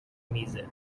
میزه